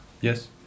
Yes